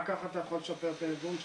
רק ככה אתה יכול לשפר את הארגון שלך.